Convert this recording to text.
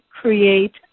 create